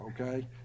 okay